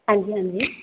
ਹਾਂਜੀ ਹਾਂਜੀ